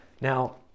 Now